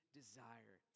desire